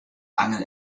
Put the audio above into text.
angel